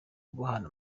guhana